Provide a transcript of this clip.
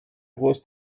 was